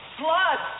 blood